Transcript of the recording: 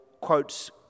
quotes